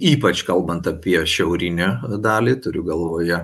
ypač kalbant apie šiaurinę dalį turiu galvoje